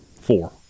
Four